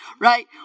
right